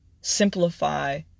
simplify